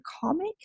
comic